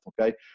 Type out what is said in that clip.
Okay